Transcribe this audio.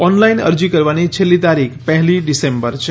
online અરજી કરવાની છેલ્લી તારીખ પહેલી ડિસેમ્બર છે